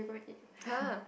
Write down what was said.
!huh!